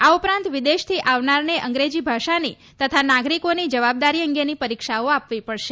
આ ઉપરાંત વિદેશથી આવનારને અંગ્રેજી ભાષાની તથા નાગરિકોની જવાબદારી અંગેની પરીક્ષાઓ આપવી પડશે